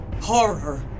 Horror